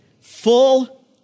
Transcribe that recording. full